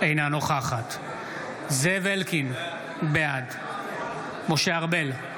אינה נוכחת זאב אלקין, בעד משה ארבל,